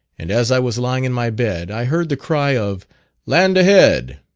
and as i was lying in my bed, i heard the cry of land a-head.